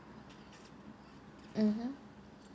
mmhmm